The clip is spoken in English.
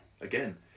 again